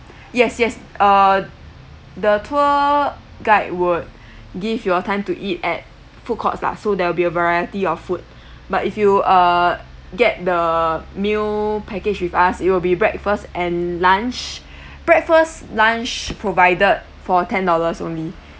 yes yes uh the tour guide would give you all time to eat at food courts lah so there will be a variety of food but if you uh get the meal package with us it will be breakfast and lunch breakfast lunch provided for ten dollars only